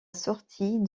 sortie